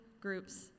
groups